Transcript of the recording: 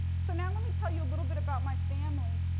so now, let me tell you a little bit about my family.